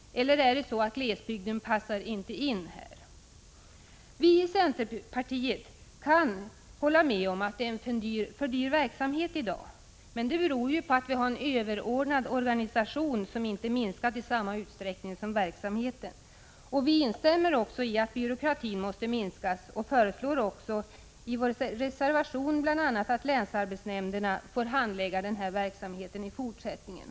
Eller är det så att glesbygden inte passar in här? Vi i centerpartiet kan hålla med om att det i dag är en för dyr verksamhet, men det beror på att den överordnade organisationen inte har minskat i samma utsträckning som verksamheten. Vi instämmer därför delvis i att byråkratin måste minskas, och vi föreslår, bl.a. i vår reservation, att länsarbetsnämnderna får handlägga den här verksamheten i fortsättningen.